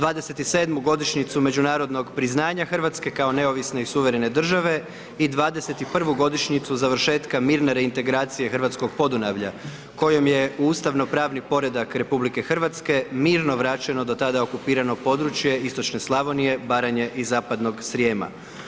27. godišnjicu međunarodnog priznanja Hrvatske kao neovisne i suverene države i 21. godišnjicu završetka mirne reintegracije hrvatskog Podunavlja, kojom je u ustavnopravni poredak RH mirno vraćeno do tada okupirano područje istočne Slavonije, Baranje i zapadnog Srijema.